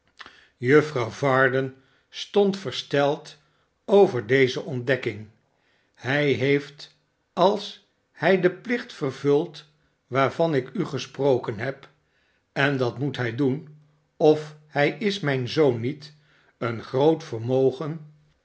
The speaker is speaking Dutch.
juffrouw varden stond versteld over deze ontdekking hij heeft als hij den plicht vervult waarvan ik u gesproken heb en dat moet hij doen of hij is mijn zoon niet een groot vermogen